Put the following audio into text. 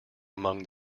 among